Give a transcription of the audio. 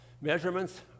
measurements